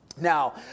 Now